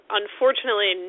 unfortunately